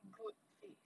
good face